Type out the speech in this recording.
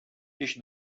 һич